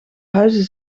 huizen